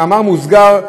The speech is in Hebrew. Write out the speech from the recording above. במאמר מוסגר,